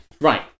Right